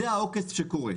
זה העוקץ שקורה.